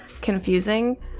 confusing